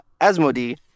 Asmodee